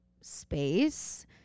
space